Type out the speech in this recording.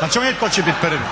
pa ćemo vidjeti tko će biti prvi.